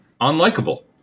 Unlikable